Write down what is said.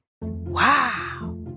Wow